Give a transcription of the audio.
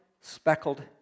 speckled